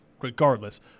regardless